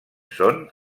són